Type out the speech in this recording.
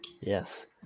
Yes